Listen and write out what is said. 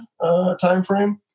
timeframe